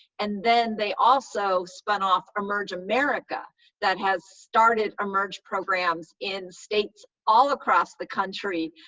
and then they also spun off emerge america that has started emerge programs in states all across the country.